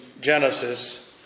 Genesis